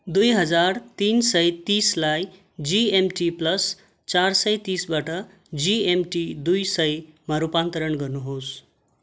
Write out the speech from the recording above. दुई हजार तिन सय तिसलाई जिएमटी प्लस चार सय तिसबाट जिएमटी दुई सयमा रूपान्तरण गर्नुहोस्